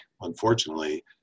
unfortunately